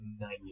nine